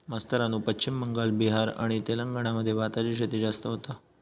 मास्तरानू पश्चिम बंगाल, बिहार आणि तेलंगणा मध्ये भाताची शेती जास्त होता